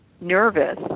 nervous